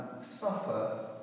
suffer